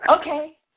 Okay